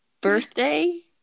birthday